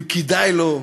אם כדאי לו,